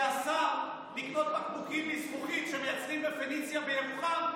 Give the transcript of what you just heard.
שאסר לקנות בקבוקים מזכוכית שמייצרים בפניציה בירוחם,